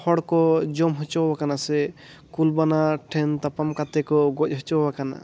ᱦᱚᱲ ᱠᱚ ᱡᱚᱢ ᱦᱚᱪᱚ ᱟᱠᱟᱱᱟ ᱥᱮ ᱠᱩᱞ ᱵᱟᱱᱟ ᱴᱷᱮᱱ ᱛᱟᱯᱟᱢ ᱠᱟᱛᱮ ᱠᱚ ᱜᱚᱡ ᱦᱚᱪᱚ ᱟᱠᱟᱱᱟ